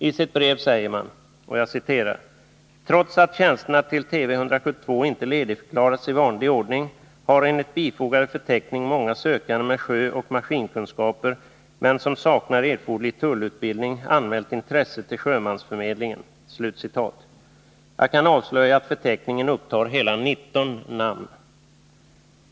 I sitt brev säger man: ”Trots att tjänsterna till Tv 172 inte ledigförklarats i vanlig ordning, har enligt bifogade förteckning många sökande med sjöoch maskinkunskaper men som saknar erforderlig tullutbildning anmält intresse till sjömansförmedlingen.” Jag kan avslöja att förteckningen upptar hela 19 namn.